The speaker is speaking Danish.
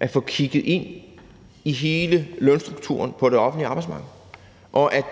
at få kigget ind i hele lønstrukturen på det offentlige arbejdsmarked, og at